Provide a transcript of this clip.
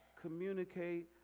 communicate